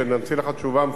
באופן מסודר,